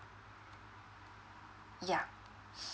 yeah